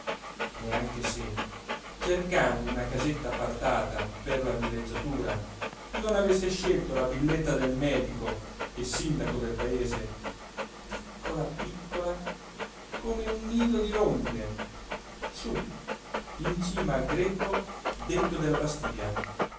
e anche se cercando una casetta appartata per la villeggiatura non avesse scelto la villetta del medico e sindaco del paese piccola piccola come un nido di rondine su in cima al greppo detto della bastìa